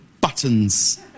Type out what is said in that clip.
buttons